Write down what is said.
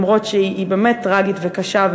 גם אם היא באמת טרגית וקשה,